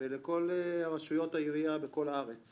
ולכל רשויות העירייה בכל הארץ